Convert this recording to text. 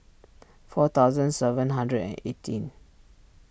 four thousand seven hundred and eighteen